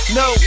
no